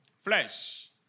flesh